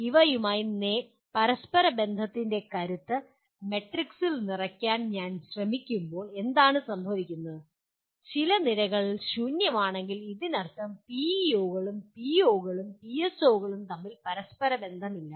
ഇവയുമായി പരസ്പര ബന്ധത്തിന്റെ കരുത്ത് മാട്രിക്സിൽ നിറയ്ക്കാൻ ഞാൻ ശ്രമിക്കുമ്പോൾ എന്താണ് സംഭവിക്കുക ചില നിരകൾ ശൂന്യമാണെങ്കിൽ അതിനർത്ഥം പിഇഒകളും പിഒകളും പിഎസ്ഒകളും തമ്മിൽ പരസ്പര ബന്ധമില്ല